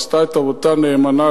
עשתה את עבודתה נאמנה,